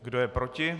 Kdo je proti?